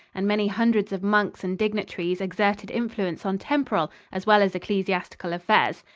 and many hundreds of monks and dignitaries exerted influence on temporal as well as ecclesiastical affairs.